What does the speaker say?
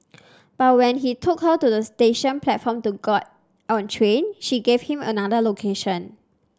but when he took her to the station platform to get on a train she gave him another location